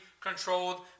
controlled